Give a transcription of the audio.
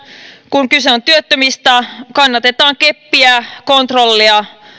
kun kyse on työttömistä kannatetaan keppiä kontrollia